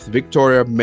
Victoria